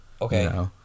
Okay